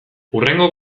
hurrengo